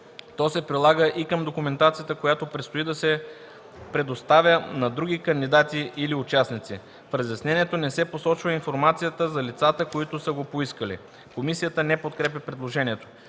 То се прилага и към документацията, която предстои да се предоставя на други кандидати или участници. В разяснението не се посочва информация за лицата, които са го поискали.” Комисията не подкрепя предложението.